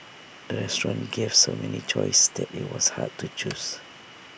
the restaurant gave so many choices that IT was hard to choose